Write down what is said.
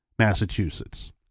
Massachusetts